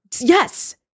yes